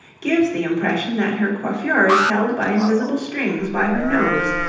gives the impression that her coiffure is held by invisible strings by her nose,